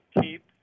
keep